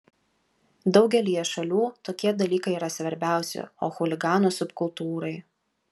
daugelyje šalių tokie dalykai yra svarbiausi o chuliganų subkultūrai